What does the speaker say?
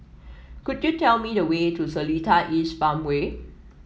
could you tell me the way to Seletar East Farmway